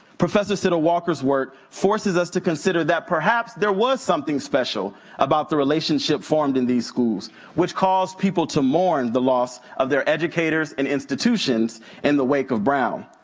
professor siddle walker's work forces us to consider that perhaps there was something special about the relationship formed in these schools which caused people to mourn the loss of their educators and institutions in the wake of brown.